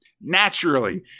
Naturally